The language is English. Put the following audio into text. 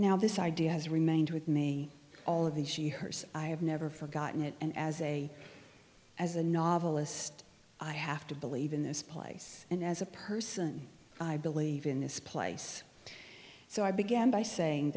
now this idea has remained with me all of these she hers i have never forgotten it and as a as a novelist i have to believe in this place and as a person i believe in this place so i began by saying